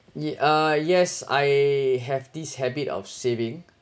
ye~ uh yes I have this habit of saving